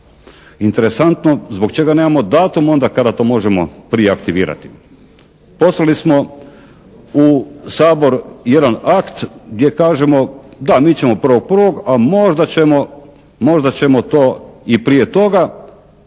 Interesantno zbog čega nemamo datum onda kada to možemo prije aktivirati. Poslali smo u Sabor jedan akt gdje kažemo da mi ćemo prije 1.1., a možda ćemo to i prije toga,